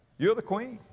you're the queen.